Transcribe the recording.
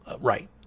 right